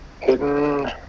Hidden